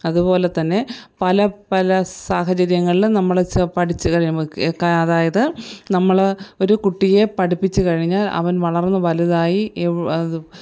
അതുപോലെതന്നെ പല പല സാഹചര്യങ്ങളിലും നമ്മൾ സൊ പഠിച്ചു കഴിയുമ്പോഴൊക്കെ അതായത് നമ്മൾ ഒരു കുട്ടിയെ പഠിപ്പിച്ചു കഴിഞ്ഞ് അവൻ വളർന്നു വലുതായി